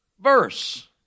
verse